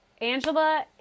Angela